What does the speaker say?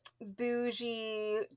bougie